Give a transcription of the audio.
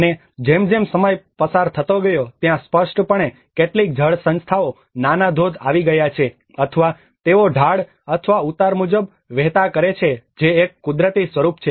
અને જેમ જેમ સમય પસાર થતો ગયો ત્યાં સ્પષ્ટપણે કેટલિક જળ સંસ્થાઓ નાના ધોધ આવી ગયા છે અથવા તેઓ તેને ઢાળ અને ઉતાર મુજબ વહેતા કરે છે જે એક કુદરતી સ્વરૂપ છે